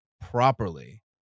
properly